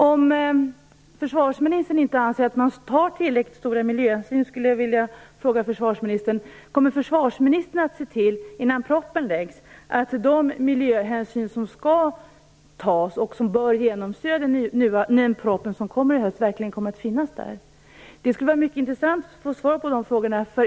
Om försvarsministern inte anser att det tas tillräckligt stora miljöhänsyn skulle jag vilja fråga: Kommer försvarsministern innan propositionen läggs fram att se till att de miljöhänsyn som skall tas och som bör genomsyra propositionen som kommer i höst verkligen kommer att finnas där? Det skulle vara mycket intressant att få svar på de här frågorna.